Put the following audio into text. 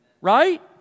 right